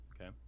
Okay